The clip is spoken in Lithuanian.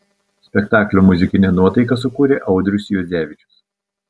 spektaklio muzikinę nuotaiką sukūrė audrius juodzevičius